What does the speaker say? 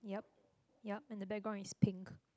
yup yup and the background is pink